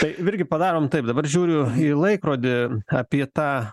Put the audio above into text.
tai virgi padarom taip dabar žiūriu į laikrodį apie tą